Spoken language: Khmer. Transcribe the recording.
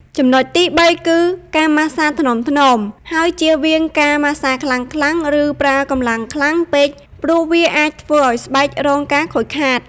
ចំណុចទីបីគឺ ការម៉ាស្សាថ្នមៗ ហើយជៀសវាងការម៉ាស្សាខ្លាំងៗ ឬប្រើកម្លាំងខ្លាំងពេក ព្រោះវាអាចធ្វើឱ្យស្បែករងការខូចខាត។